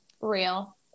Real